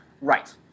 Right